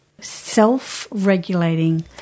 Self-regulating